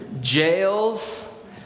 jails